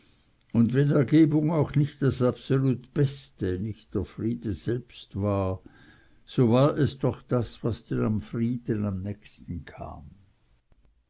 und wenn ergebung auch nicht das absolut beste nicht der friede selbst war so war es doch das was dem frieden am nächsten kam